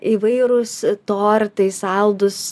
įvairūs tortai saldūs